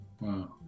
Wow